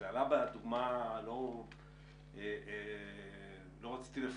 להגיע למצב שהרבה פעמים חלק מהפעילות אנחנו הולכים לשנורר